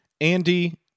Andy